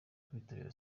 kwitabira